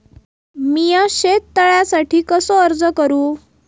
मीया शेत तळ्यासाठी कसो अर्ज करू?